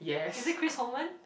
is it Chris Owen